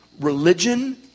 religion